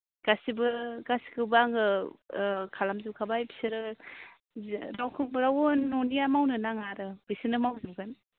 गासैखौबो आङो खालाम जोबखाबाय बिसोरो रावखौबो रावबो न'निया मावनो नाङा आरो बिसोरनो मावजोबगोन